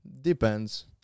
depends